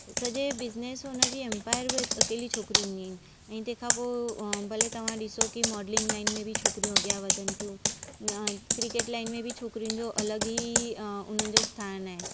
सॼे बिजनेस जी हुनजी एम्पायर बि अकेली छोकिरी हूंदियूं आहिनि ऐं तंहिंखां पोइ अ तव्हां भले तव्हां ॾिसो त मॉडलिंग लाइन में बि छोकरियूं अॻियां वधनि थियूं अ क्रिकेट लाइन में बि छोकिरिन जो अलॻि ई उन्हनि जो स्थानु आहे